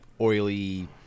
oily